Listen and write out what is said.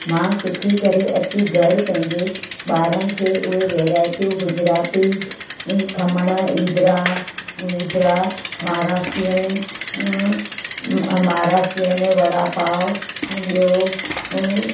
मां सिखी करे अची घर पंहिंजे ॿारनि खे उहे वैराईटियूं गुजराती में खमण ईदड़ा ईदड़ा महाराष्ट्रीअनि अमारस वड़ा पाव ॿियो